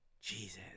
Jesus